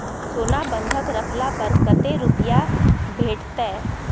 सोना बंधक रखला पर कत्ते रुपिया भेटतै?